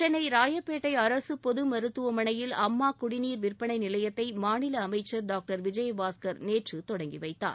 சென்னை ராயப்பேட்டை அரசு பொது மருத்துவமனையில் அம்மா குடிநீர் விற்பனை நிலையத்தை மாநில அமைச்சர் டாக்டர் விஜய பாஸ்கர் நேற்று தொடங்கி வைத்தார்